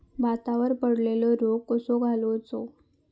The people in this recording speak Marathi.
भातावर पडलेलो रोग कसो घालवायचो?